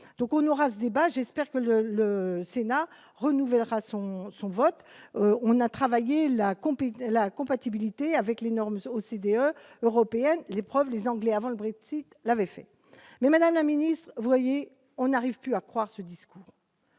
donc on aura ce débat, j'espère que le Sénat renouvellera son son vote, on a travaillé la compétence, la compatibilité avec les normes OCDE européenne l'épreuve les Anglais avant le Brexit, l'avait fait mais, Madame la Ministre, voyez, on n'arrive plus à croire ce discours.